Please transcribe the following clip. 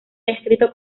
descrito